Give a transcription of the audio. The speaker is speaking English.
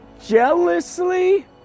jealously